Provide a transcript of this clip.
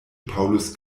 paulus